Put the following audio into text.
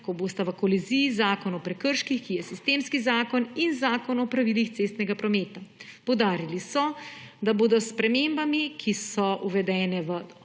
ko bosta v koliziji Zakon o prekrških, ki je sistemski zakon, in Zakon o pravilih cestnega prometa. Poudarili so, da bodo s spremembami, ki so uvedene v 2.